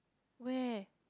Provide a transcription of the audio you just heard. where